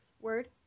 Word